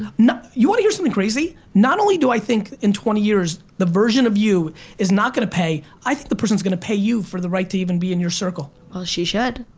you wanna hear something crazy? not only do i think in twenty years, the version of you is not gonna pay, i think the person's gonna pay you for the right to even be in your circle. well she should.